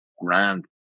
grand